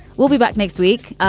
we'll be back next week.